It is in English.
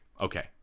okay